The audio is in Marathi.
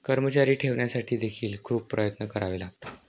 कर्मचारी ठेवण्यासाठी देखील खूप प्रयत्न करावे लागतात